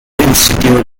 institute